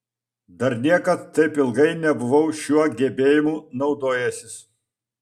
dar niekad taip ilgai nebuvau šiuo gebėjimu naudojęsis